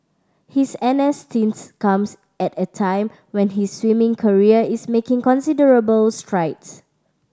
his N S stints comes at a time when his swimming career is making considerable strides